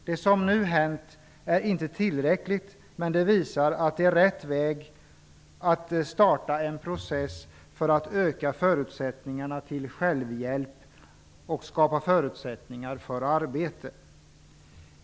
Det som nu hänt är inte tillräckligt, men det visar att det är rätt väg att starta en process för att öka förutsättningarna för självhjälp och skapa förutsättningar för arbete.